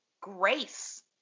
grace